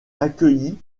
accueilli